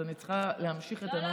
אז אני צריכה להמשיך את הנאום.